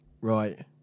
Right